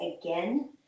again